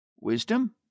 Wisdom